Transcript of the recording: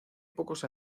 pocos